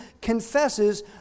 confesses